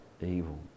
evil